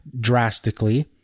drastically